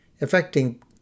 affecting